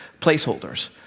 placeholders